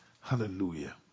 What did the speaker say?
Hallelujah